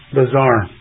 bizarre